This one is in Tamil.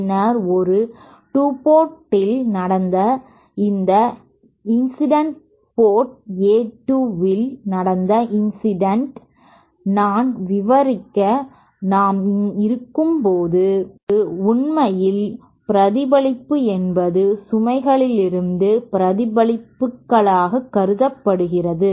பின்னர் ஒரு 2 போர்ட் இல் நடந்த இந்த இன்சிடென்ட் போர்ட் A2 இல் நடந்த இன்சிடென்ட் நான் விவரிக்கையில் நாம் இருக்கும் போது உண்மையில் பிரதிபலிப்பு என்பது சுமைகளிலிருந்து பிரதிபலிப்பதாக கருதப்படுகிறது